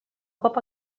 cop